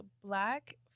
black